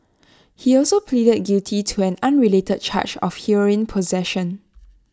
he also pleaded guilty to an unrelated charge of heroin possession